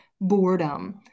boredom